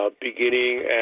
beginning